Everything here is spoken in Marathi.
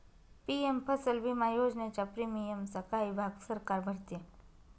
पी.एम फसल विमा योजनेच्या प्रीमियमचा काही भाग सरकार भरते